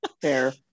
Fair